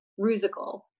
rusical